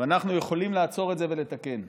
ואנחנו יכולים לעצור את זה ולתקן.